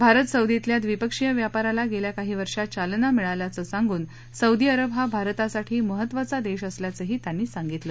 भारत सौदीतल्या द्विपक्षीय व्यापाराला गेल्या काही वर्षात चालना मिळाल्याचं सांगून सौदी अरब हा भारतासाठी महत्त्वाचा देश असल्याचंही ते म्हणाले